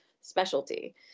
specialty